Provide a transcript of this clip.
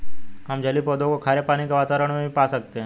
हम जलीय पौधों को खारे पानी के वातावरण में भी पा सकते हैं